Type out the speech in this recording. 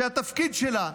שהתפקיד שלה,